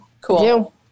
Cool